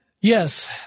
Yes